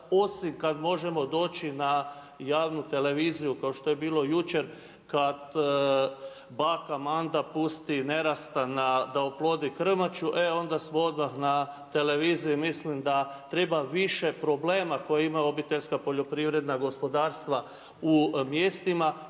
osim kad možemo doći na javnu televiziju kao što je bilo jučer kad baka Manda pusti nerasta da oplodi krmaču e onda smo odmah na televiziji. Mislim da treba više problema koje imaju obiteljska poljoprivredna gospodarstva u mjestima